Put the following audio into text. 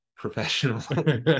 professional